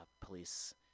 police